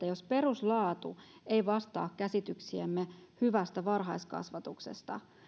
jos peruslaatu ei vastaa käsityksiämme hyvästä varhaiskasvatuksesta